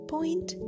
Point